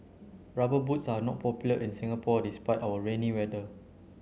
rubber boots are not popular in Singapore despite our rainy weather